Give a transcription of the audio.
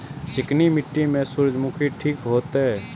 चिकनी मिट्टी में सूर्यमुखी ठीक होते?